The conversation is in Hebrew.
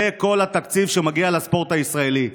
זה כל התקציב שמגיע לספורט הישראלי.